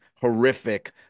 horrific